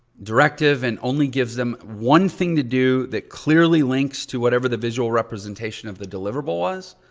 directive and only gives them one thing to do that clearly links to whatever the visual representation of the deliverable was.